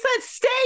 stay